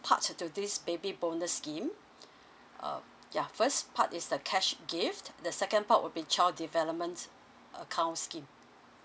part to this baby bonus scheme um ya first part is the cash gift the second part would be child development account scheme